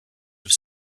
have